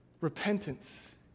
Repentance